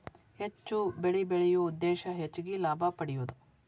ಹೆಚ್ಚು ಬೆಳಿ ಬೆಳಿಯು ಉದ್ದೇಶಾ ಹೆಚಗಿ ಲಾಭಾ ಪಡಿಯುದು